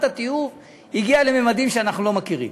התיעוב הגיעה לממדים שאנחנו לא מכירים.